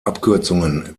abkürzungen